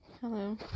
Hello